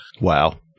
Wow